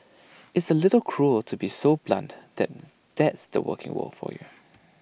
it's A little cruel to be so blunt that's the working world for you